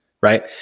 right